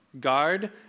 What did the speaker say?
Guard